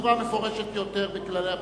בצורה מפורשת יותר בכללי הפרשנות: